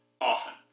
often